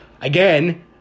Again